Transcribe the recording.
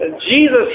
Jesus